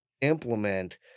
implement